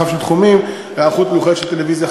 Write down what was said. חבר הכנסת מיכאלי, ההערה שלך יותר מצודקת.